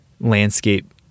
landscape